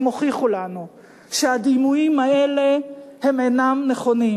הוכיחו לנו שהדימויים האלה אינם נכונים.